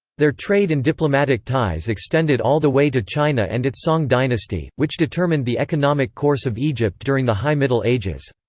their trade and diplomatic ties extended all the way to china and its song dynasty, which determined the economic course of egypt during the high middle ages.